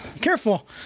careful